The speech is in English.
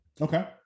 Okay